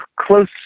close